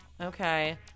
Okay